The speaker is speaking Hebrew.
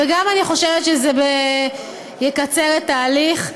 וגם אני חושבת שזה יקצר את ההליך.